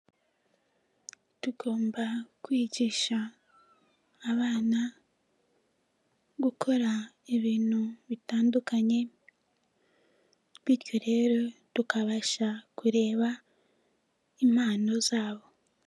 Tugomba kwigisha abana, gukora ibintu bitandukanye bityo rero tukabasha kureba impano zabo.